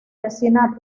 vecina